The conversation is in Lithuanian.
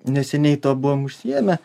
neseniai tuo buvom užsiėmę